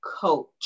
coach